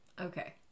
okay